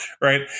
right